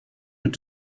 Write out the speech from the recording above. went